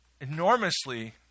enormously